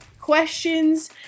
questions